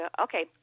Okay